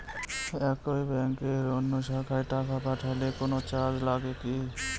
একই ব্যাংকের অন্য শাখায় টাকা পাঠালে কোন চার্জ লাগে কি?